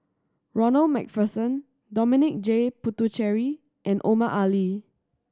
Ronald Macpherson Dominic J Puthucheary and Omar Ali